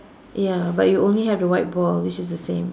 ya but you only have the white ball which is the same